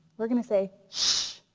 we're gonna say shhh.